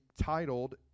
titled